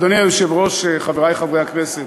אדוני היושב-ראש, חברי חברי הכנסת,